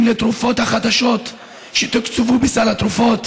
לתרופות החדשות שתוקצבו בסל התרופות